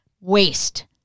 Waste